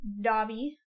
Dobby